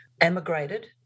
emigrated